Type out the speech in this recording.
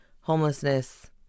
homelessness